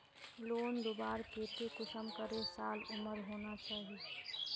Loan लुबार केते कुंसम करे साल उमर होना चही?